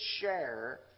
share